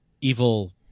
evil